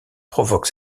provoque